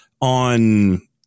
on